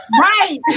Right